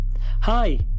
Hi